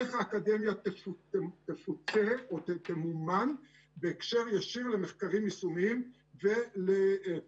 איך האקדמיה תשופה או תמומן בהקשר ישיר למחקרים יישומיים ולפטנטים,